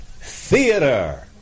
theater